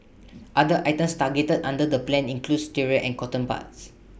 other items targeted under the plan include stirrers and cotton buds